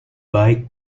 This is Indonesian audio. baik